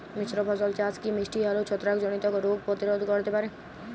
মিশ্র ফসল চাষ কি মিষ্টি আলুর ছত্রাকজনিত রোগ প্রতিরোধ করতে পারে?